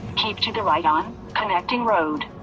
keep to the right on connecting road.